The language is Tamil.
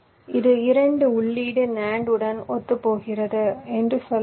இது இரண்டு உள்ளீட்டு NAND உடன் ஒத்துப்போகிறது என்று சொல்லலாம்